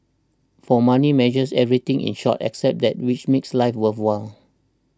for money measures everything in short except that which makes life worthwhile